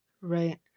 Right